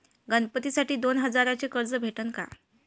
गणपतीसाठी दोन हजाराचे कर्ज भेटन का?